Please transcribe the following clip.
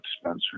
Spencer